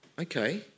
okay